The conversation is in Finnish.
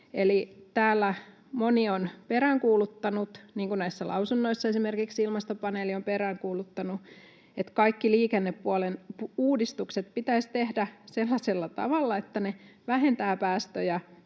Täällä moni on peräänkuuluttanut, niin kuin näissä lausunnoissa esimerkiksi Ilmastopaneeli on peräänkuuluttanut, että kaikki liikennepuolen uudistukset pitäisi tehdä sellaisella tavalla, että ne vähentävät päästöjä